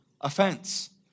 offense